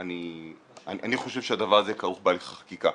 אני חושב שהדבר הזה כרוך בהליך החקיקה.